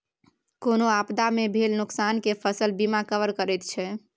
कोनो आपदा मे भेल नोकसान केँ फसल बीमा कवर करैत छै